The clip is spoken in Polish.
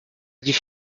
dziś